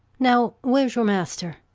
now, where's your master?